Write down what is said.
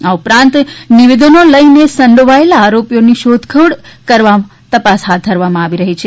આ ઉપરાંત નિવેદનો લઇને સંડોવાયેલા આરોપીઓની શોધખોળ કરવા તપાસ હાથ ધરવામાં આવી રહી છે